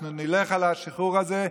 אנחנו נלך על השחרור הזה,